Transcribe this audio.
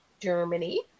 Germany